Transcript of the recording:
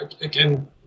Again